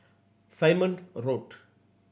Simon Road